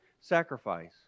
sacrifice